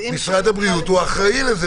משרד הבריאות אחראי לזה.